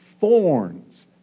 thorns